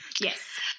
yes